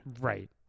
Right